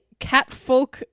catfolk